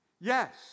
Yes